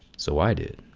so i did.